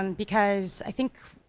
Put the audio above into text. um because i think,